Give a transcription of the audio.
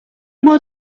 more